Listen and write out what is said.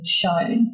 shown